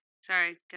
Sorry